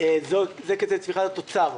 זו צמיחת התוצר.